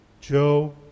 Joe